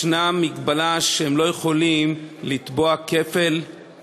התגמולים לנפגעי פעולות איבה (תיקון,